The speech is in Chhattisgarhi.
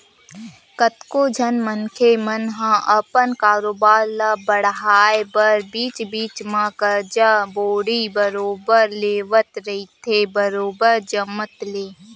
कतको झन मनखे मन ह अपन कारोबार ल बड़हाय बर बीच बीच म करजा बोड़ी बरोबर लेवत रहिथे बरोबर जमत ले